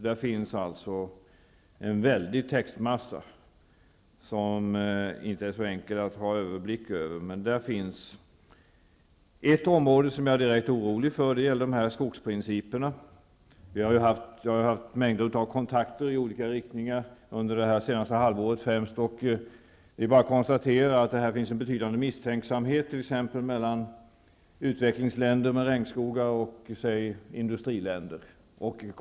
Där finns en väldig textmassa, som inte är så enkel att ha överblick över. Där finns ett område som jag är direkt orolig för, nämligen skogsprinciperna. Jag har haft mängder av kontakter i olika riktningar främst under det senaste halvåret, och det är bara att konstatera att det finns en betydande misstänksamhet och konflikter t.ex. mellan utvecklingsländer med regnskogar och industriländer.